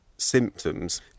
symptoms